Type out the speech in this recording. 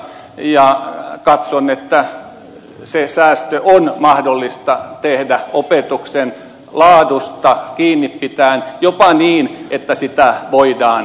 katson että se säästö on mahdollista tehdä opetuksen laadusta kiinni pitäen jopa niin että sitä voidaan